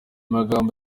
magambo